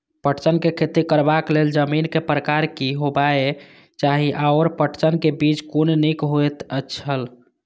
पटसन के खेती करबाक लेल जमीन के प्रकार की होबेय चाही आओर पटसन के बीज कुन निक होऐत छल?